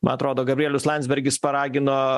man atrodo gabrielius landsbergis paragino